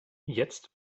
jetzt